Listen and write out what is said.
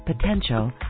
potential